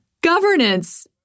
governance